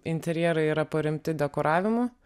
interjerai yra paremti dekoravimu